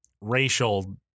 racial